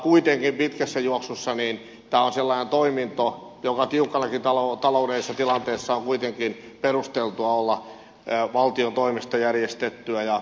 mutta pitkässä juoksussa tämä on sellainen toiminto jonka tiukassakin taloudellisessa tilanteessa on kuitenkin perusteltua olla valtion toimesta järjestettyä ja kustannettua